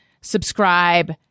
Subscribe